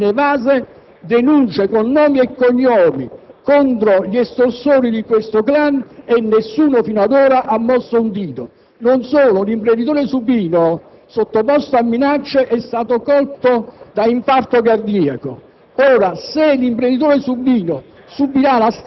cioè che nella procura di Napoli giacciono inevase denunce con nomi e cognomi contro gli estorsori di questo *clan* e nessuno fino ad ora ha mosso un dito. Non solo: l'imprenditore Supino, sottoposto a minacce, è stato colto da infarto cardiaco.